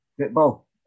football